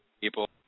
people